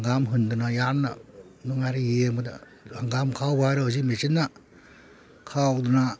ꯍꯪꯒꯥꯝ ꯍꯨꯟꯗꯅ ꯌꯥꯝꯅ ꯅꯨꯡꯉꯥꯏꯔꯤ ꯌꯦꯡꯕꯗ ꯍꯪꯒꯥꯝ ꯈꯥꯎꯕ ꯍꯥꯏꯔꯣ ꯍꯨꯖꯤꯛ ꯃꯦꯆꯤꯟꯅ ꯈꯥꯎꯗꯅ